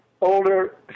older